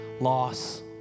loss